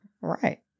Right